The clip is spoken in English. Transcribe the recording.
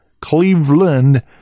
Cleveland